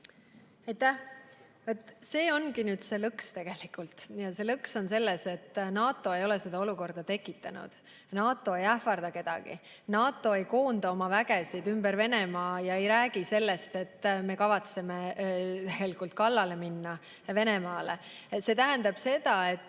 See ongi nüüd see lõks. See lõks on selles, et NATO ei ole seda olukorda tekitanud, NATO ei ähvarda kedagi, NATO ei koonda oma vägesid ümber Venemaa ega räägi sellest, et me kavatseme minna Venemaale kallale. See tähendab seda, et